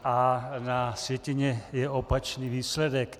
A na sjetině je opačný výsledek.